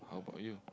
how about you